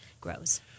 grows